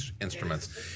instruments